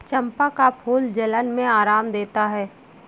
चंपा का फूल जलन में आराम देता है